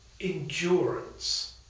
endurance